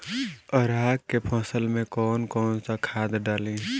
अरहा के फसल में कौन कौनसा खाद डाली?